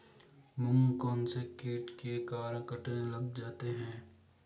मूंग कौनसे कीट के कारण कटने लग जाते हैं?